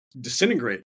disintegrate